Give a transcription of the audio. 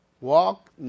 Walk